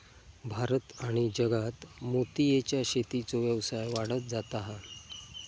भारत आणि जगात मोतीयेच्या शेतीचो व्यवसाय वाढत जाता हा